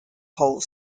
whole